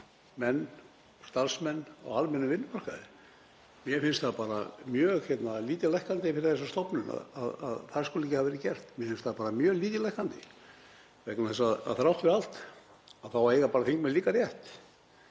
og starfsmenn á almennum vinnumarkaði og mér finnst það bara mjög lítillækkandi fyrir þessa stofnun að það skuli ekki hafa verið gert. Mér finnst það bara mjög lítillækkandi vegna þess að þrátt fyrir allt þá eiga þingmenn líka rétt.